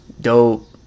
dope